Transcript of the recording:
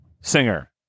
singer